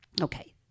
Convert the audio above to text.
Okay